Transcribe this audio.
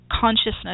consciousness